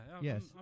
yes